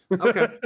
Okay